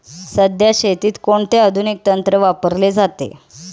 सध्या शेतीत कोणते आधुनिक तंत्र वापरले जाते?